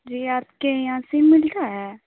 جی آپ کے یہاں سم ملتا ہے